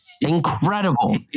incredible